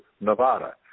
Nevada